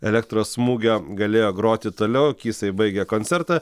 elektros smūgio galėjo groti toliau kysai baigė koncertą